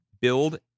build